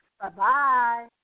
Bye-bye